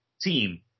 team